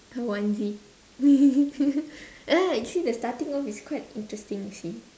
onesie ya actually the starting off is quite interesting you see